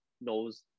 Knows